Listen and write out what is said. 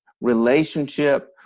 relationship